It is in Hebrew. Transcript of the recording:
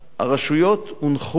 הרשויות הונחו,